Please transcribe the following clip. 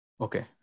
Okay